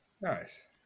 Nice